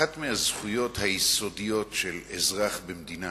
אחת מהזכויות היסודיות של אזרח במדינה